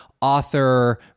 author